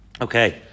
Okay